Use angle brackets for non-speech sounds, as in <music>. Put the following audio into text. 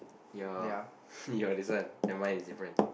ya <laughs> your this one and mine is different